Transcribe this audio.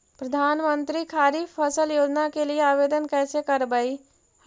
प्रधानमंत्री खारिफ फ़सल योजना के लिए आवेदन कैसे करबइ?